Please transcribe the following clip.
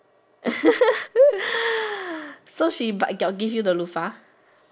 so she but got give you the loofah